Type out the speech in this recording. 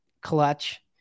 clutch